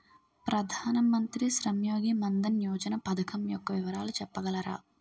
ప్రధాన మంత్రి శ్రమ్ యోగి మన్ధన్ యోజన పథకం యెక్క వివరాలు చెప్పగలరా?